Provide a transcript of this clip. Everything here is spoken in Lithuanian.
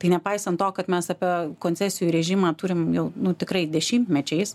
tai nepaisant to kad mes apie koncesijų režimą turim jau nu tikrai dešimtmečiais